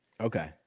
Okay